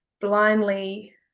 blindly